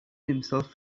himself